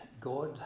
God